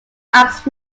asked